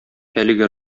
әлеге